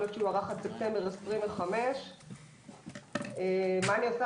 להיות שהוא יוארך עד ספטמבר 2025. מה אני עושה,